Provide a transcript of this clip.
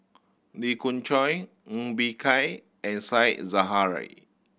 Lee Khoon Choy Ng Bee Kia and Said Zahari